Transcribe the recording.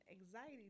anxiety